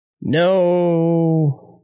no